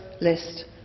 list